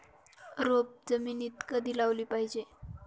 रोपे जमिनीत कधी लावली पाहिजे?